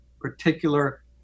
particular